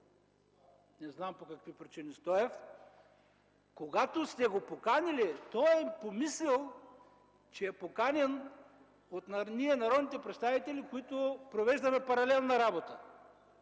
не знам по какви причини, Стоев. Когато сте го поканили, той е помислил, че е поканен от нас, народните представители, които провеждаме паралелна работа